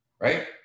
Right